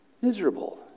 Miserable